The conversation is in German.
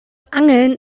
angeln